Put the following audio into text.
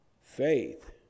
Faith